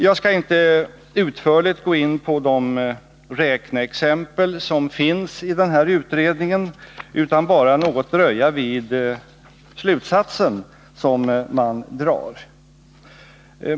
Jag skall inte utförligt gå in på de räkneexempel som finns i utredningen utan bara något dröja vid den slutsats som man där drar.